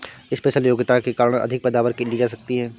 special योग्यता के कारण अधिक पैदावार ली जा सकती है